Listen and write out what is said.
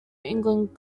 england